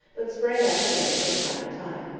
but sprang up again from time to time.